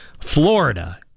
Florida